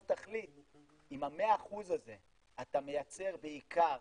תחליט אם ה-100% הזה אתה מייצר בעיקר